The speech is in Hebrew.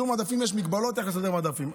יש מגבלות על איך לסדר המדפים,